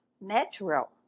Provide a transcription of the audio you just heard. natural